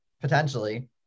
potentially